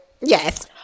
Yes